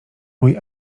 mój